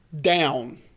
down